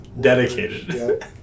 dedicated